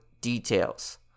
details